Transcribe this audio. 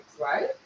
right